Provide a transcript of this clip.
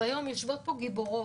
והיום יושבות פה גיבורות.